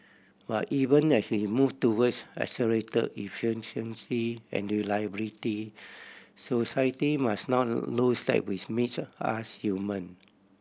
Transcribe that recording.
but even as we move towards accelerate efficiency and reliability society must not lose that which makes us human